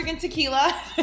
Tequila